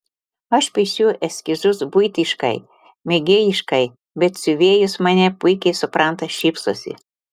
aš piešiu eskizus buitiškai mėgėjiškai bet siuvėjos mane puikiai supranta šypsosi